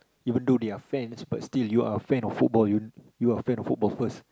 even though they are fans but still you are fan of football you you are fan of football first